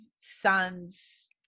sons